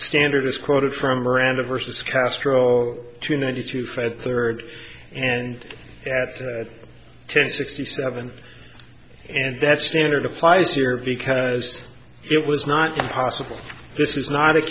standard is quoted from aranda versus castro to ninety two fred third and at ten sixty seven and that's standard applies here because it was not possible this is not a